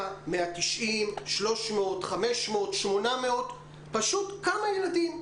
100, 190, 300, 500, 800 - פשוט כמה ילדים?